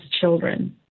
children